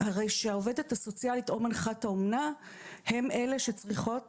הרי שהעובדת הסוציאלית או מנחת האומנה הן אלה שצריכות